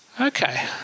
Okay